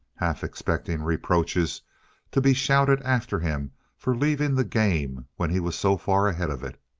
half expecting reproaches to be shouted after him for leaving the game when he was so far ahead of it.